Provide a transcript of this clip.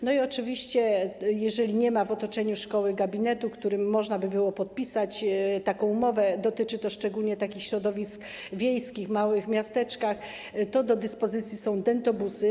I oczywiście, jeżeli nie ma w otoczeniu szkoły gabinetu, z którym można by było podpisać taką umowę, dotyczy to szczególnie środowisk wiejskich, czasem małych miasteczek, do dyspozycji są dentobusy.